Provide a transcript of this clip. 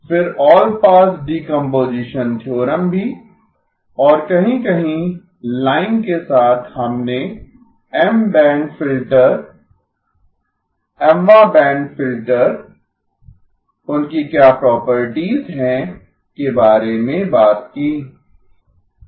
फिर all pass decomposition theorem भी और कहीं कहीं लाइन के साथ हमने M बैंड फिल्टर Mवाँ बैंड फिल्टर उनकी क्या प्रॉपर्टीज हैं के बारे में बात की